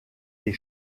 des